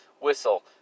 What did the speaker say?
whistle